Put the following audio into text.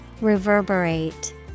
Reverberate